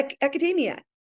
academia